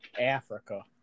Africa